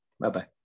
Bye-bye